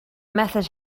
method